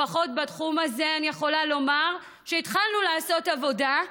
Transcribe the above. לפחות בתחום הזה אני יכולה לומר שהתחלנו לעשות עבודה,